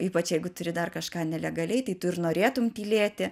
ypač jeigu turi dar kažką nelegaliai tai tu ir norėtum tylėti